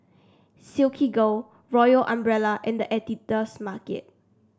Silkygirl Royal Umbrella and The Editor's Market